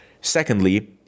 Secondly